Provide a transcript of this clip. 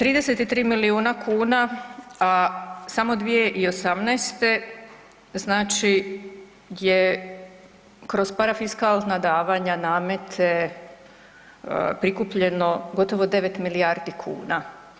33 milijuna kuna samo 2018. znači je kroz parafiskalna davanja, namete prikupljeno gotovo 9 milijardi kuna.